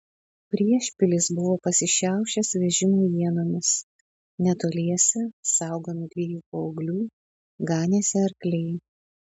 priešpilis buvo pasišiaušęs vežimų ienomis netoliese saugomi dviejų paauglių ganėsi arkliai